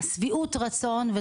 ששביעות הרצון היא גבוהה מאוד.